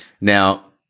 Now